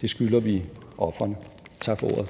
Det skylder vi ofrene. Tak for ordet.